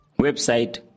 website